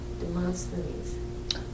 Demosthenes